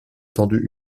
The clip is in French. tendue